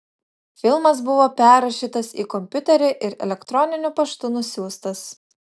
filmas buvo perrašytas į kompiuterį ir elektroniniu paštu nusiųstas